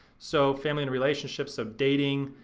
so family and relationships of dating,